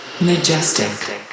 Majestic